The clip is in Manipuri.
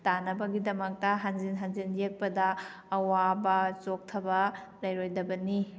ꯇꯥꯅꯕꯒꯤꯗꯃꯛꯇ ꯍꯟꯖꯤꯟ ꯍꯟꯖꯤꯟ ꯌꯦꯛꯄꯗ ꯑꯋꯥꯕ ꯆꯣꯛꯊꯕ ꯂꯩꯔꯣꯏꯗꯕꯅꯤ